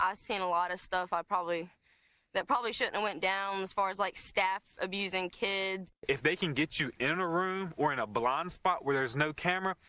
i seen a lot of stuff i probably that probably shouldn't have went down as far as like staff abusing kids if they can get you in a room or in a blind spot where there's no camera,